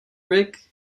rick